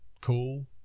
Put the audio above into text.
cool